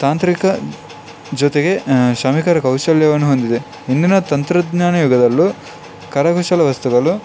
ತಾಂತ್ರಿಕ ಜೊತೆಗೆ ಶ್ರಮಿಕರ ಕೌಶಲ್ಯವನ್ನು ಹೊಂದಿದೆ ಇಂದಿನ ತಂತ್ರಜ್ಞಾನ ಯುಗದಲ್ಲೂ ಕರಕುಶಲ ವಸ್ತುಗಳು